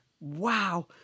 Wow